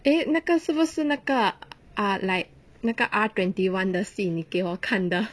eh 那个是不是那个 ah like 那个 R twenty one 的戏你给我看的